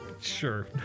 Sure